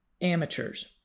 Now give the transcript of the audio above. amateurs